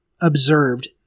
observed